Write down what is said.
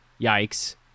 yikes